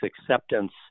acceptance